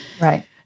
right